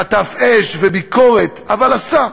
חטף אש וביקורת, אבל עשה.